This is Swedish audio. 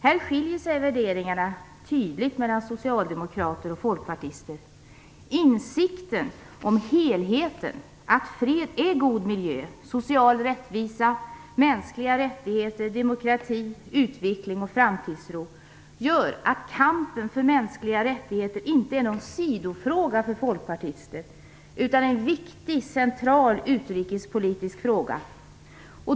Här skiljer sig värderingarna tydligt mellan socialdemokrater och folkpartister. Insikten om helheten, att fred ger god miljö, social rättvisa, mänskliga rättigheter, demokrati, utveckling och framtidstro, gör att kampen för mänskliga rättigheter inte är någon sidofråga för oss folkpartister utan en viktig och central utrikespolitisk fråga.